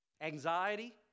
Anxiety